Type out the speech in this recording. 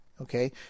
Okay